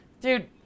dude